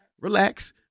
relax